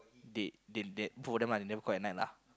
they they that both of them ah they never call at night lah